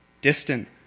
distant